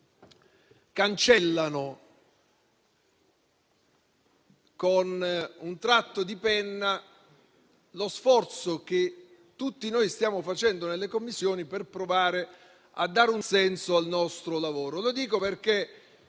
cancellano con un tratto di penna lo sforzo che tutti noi stiamo facendo nelle Commissioni per provare a dare un senso al nostro lavoro. Lo dico perché